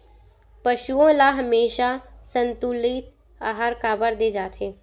पशुओं ल हमेशा संतुलित आहार काबर दे जाथे?